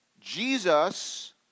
Jesus